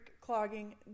Clogging